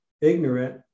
ignorant